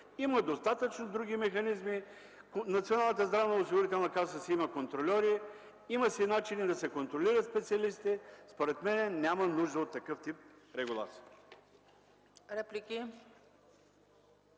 Има достатъчно други механизми – Националната здравноосигурителна каса си има контрольори, има си начини да се контролират специалистите и според мен няма нужда от такъв тип регулация.